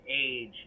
age